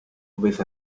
with